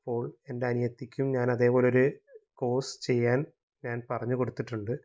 ഇപ്പോൾ എൻ്റെ അനിയത്തിക്കും ഞാനതേ പോലൊരു കോഴ്സ് ചെയ്യാൻ ഞാൻ പറഞ്ഞ് കൊടുത്തിട്ടുണ്ട്